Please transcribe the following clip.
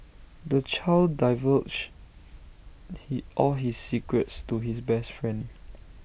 the child divulged he all his secrets to his best friend